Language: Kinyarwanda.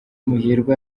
muhirwa